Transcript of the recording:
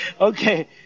Okay